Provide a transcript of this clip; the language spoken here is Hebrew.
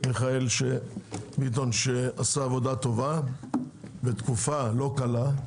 מיכאל ביטון, שעשה עבודה טובה בתקופה לא קלה.